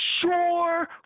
sure